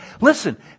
Listen